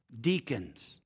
deacons